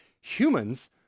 humans